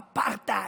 אפרטהייד.